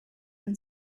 and